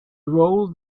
rolled